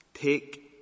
Take